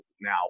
now